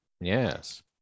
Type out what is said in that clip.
Yes